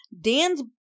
Dan's